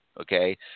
Okay